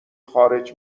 خارج